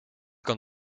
kan